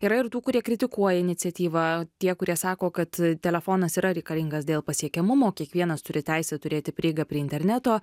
yra ir tų kurie kritikuoja iniciatyvą tie kurie sako kad telefonas yra reikalingas dėl pasiekiamumo kiekvienas turi teisę turėti prieigą prie interneto